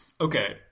Okay